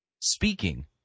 speaking